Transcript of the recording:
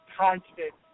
constant